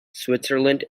switzerland